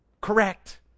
correct